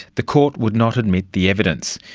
the court would not admit the evidence.